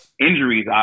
injuries